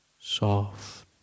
soft